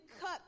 Cut